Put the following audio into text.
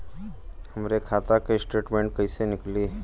हमरे खाता के स्टेटमेंट कइसे निकली?